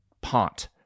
pont